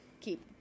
keep